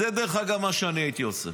זה מה שאני הייתי עושה,